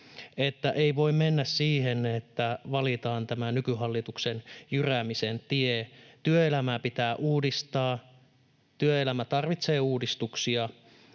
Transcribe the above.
ei voi mennä siihen, että valitaan tämä nykyhallituksen jyräämisen tie. Työelämää pitää uudistaa, työelämä tarvitsee uudistuksia,